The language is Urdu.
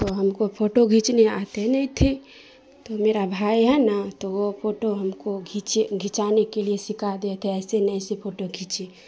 تو ہم کو پھوٹو کھینچنی آتی ہی نہیں تھی تو میرا بھائی ہے نا تو وہ فوٹو ہم کو کھنچانے کے لیے سکھا دیے تھے ایسے نہیں ایسے پھوٹو کھینچیے